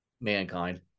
mankind